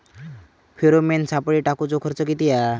Pheromone सापळे टाकूचो खर्च किती हा?